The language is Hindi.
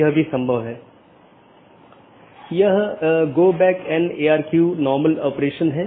और फिर दूसरा एक जीवित है जो यह कहता है कि सहकर्मी उपलब्ध हैं या नहीं यह निर्धारित करने के लिए कि क्या हमारे पास वे सब चीजें हैं